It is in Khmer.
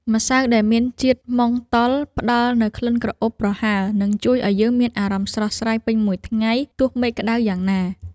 ម្សៅដែលមានជាតិម៉ង់តុលផ្តល់នូវក្លិនក្រអូបប្រហើរនិងជួយឱ្យយើងមានអារម្មណ៍ស្រស់ស្រាយពេញមួយថ្ងៃទោះមេឃក្តៅយ៉ាងណា។